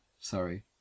Sorry